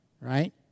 right